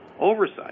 oversight